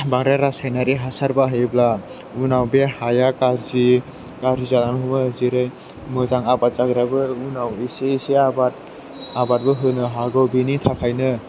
बांद्राय रासायनारि हासार बाहायोब्ला उनाव बे हाया गाज्रि जालाङो जेरै मोजां आबाद जाग्राबाबो उनाव एसे एसे आबादबो होनो हागौ बेनि थाखायनो